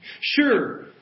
Sure